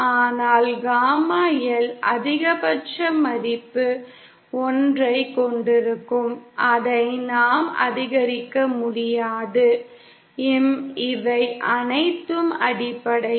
ஆனால் gamma L அதிகபட்ச மதிப்பு 1 ஐக் கொண்டிருக்கும் அதை நாம் அதிகரிக்க முடியாது இவை அனைத்திற்கும் அடிப்படையில்